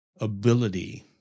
ability